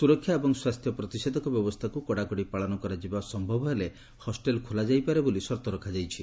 ସୁରକ୍ଷା ଏବଂ ସ୍ୱାସ୍ଥ୍ୟ ପ୍ରତିଷେଧକ ବ୍ୟବସ୍ଥାକୁ କଡ଼ାକଡ଼ି ପାଳନ କରାଯିବା ସମ୍ଭବ ହେଲେ ହଷ୍ଟେଲ୍ ଖୋଲାଯାଇପାରେ ବୋଲି ସର୍ତ୍ତ ରଖାଯାଇଛି